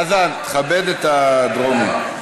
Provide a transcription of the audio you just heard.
חזן, תכבד את הדרומי.